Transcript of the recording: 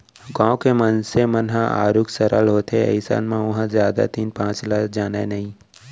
गाँव के मनसे मन ह आरुग सरल होथे अइसन म ओहा जादा तीन पाँच ल जानय नइ